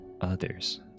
others